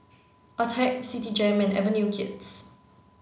attack Citigem and Avenue Kids